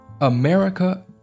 America